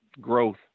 growth